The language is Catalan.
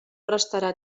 restarà